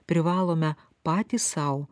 privalome patys sau